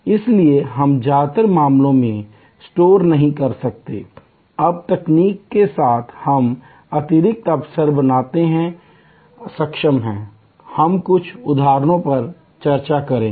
इसलिए हम ज्यादातर मामलों में स्टोर नहीं कर सकते हैं अब तकनीक के साथ हम अतिरिक्त अवसर बनाने में सक्षम हैं हम कुछ उदाहरणों पर चर्चा करेंगे